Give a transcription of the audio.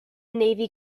navy